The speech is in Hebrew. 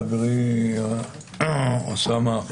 חברי אוסאמה,